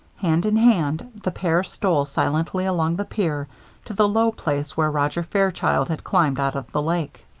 hand-in-hand the pair stole silently along the pier to the low place where roger fairchild had climbed out of the lake.